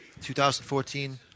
2014